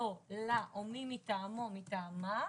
לו/לה או מי מטעמו/טעמה,